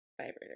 vibrator